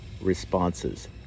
responses